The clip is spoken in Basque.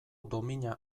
domina